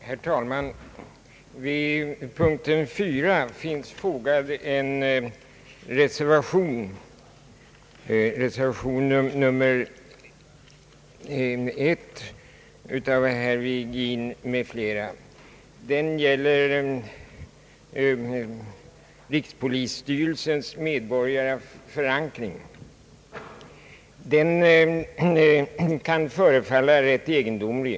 Herr talman! Vid punkt 4 i förevarande utlåtande finns fogad en reservation av herr Virgin m.fl. Den gäller rikspolisstyrelsens medborgerliga förankring. Den kan förefalla rätt egendomlig.